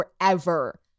forever